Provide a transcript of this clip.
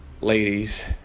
ladies